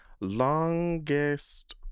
Longest